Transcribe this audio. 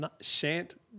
shan't